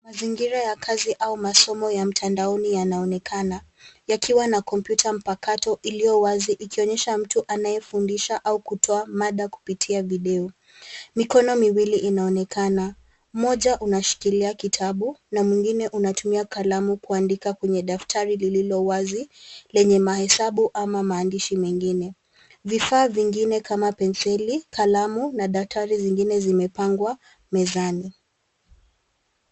Mazingira ya kazi au masomo ya mtandaoni yanaonekana yakiwa na kompyuta mpakato iliyo wazi ikionyesha mtu anayefundisha au kutoa mada kupitia video. Mikono miwili inaonekana, mmoja unashikilia kitabu na mwingine unatumia kalamu kuandika kwenye daftari lililo wazi lenye mahesabu au maandishi mengine. Vifaa vingine kama penseli, na daftari zingine zimepangwa mezani.